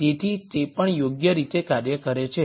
તેથી તે પણ યોગ્ય રીતે કાર્ય કરે છે